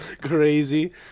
crazy